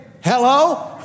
hello